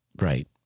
right